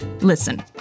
Listen